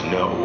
no